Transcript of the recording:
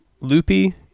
Loopy